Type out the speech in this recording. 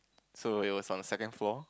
so it was on second floor